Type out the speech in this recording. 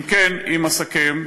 אם כן, אם אסכם,